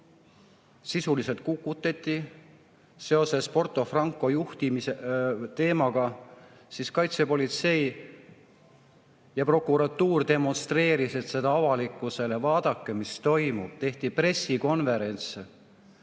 sisuliselt kukutati seoses Porto Franco teemaga, siis kaitsepolitsei ja prokuratuur demonstreerisid seda avalikkusele, et vaadake, mis toimub. Tehti pressikonverentse,